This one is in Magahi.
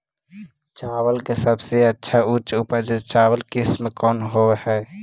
चावल के सबसे अच्छा उच्च उपज चावल किस्म कौन होव हई?